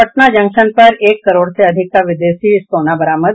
Patna junction पर एक करोड़ से अधिक का विदेशी सोना बरामद